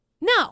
No